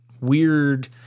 weird